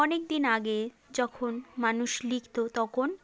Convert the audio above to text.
অনেকদিন আগে যখন মানুষ লিখতো তখন